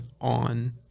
on